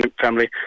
family